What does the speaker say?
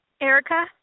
Erica